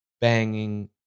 banging